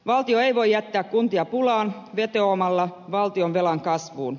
valtio ei voi jättää kuntia pulaan vetoamalla valtionvelan kasvuun